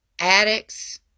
addicts